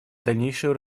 дальнейшего